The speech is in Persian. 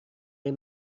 این